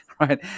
right